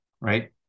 right